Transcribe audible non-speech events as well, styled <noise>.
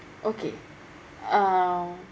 <noise> okay um